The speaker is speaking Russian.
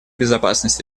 безопасность